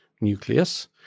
nucleus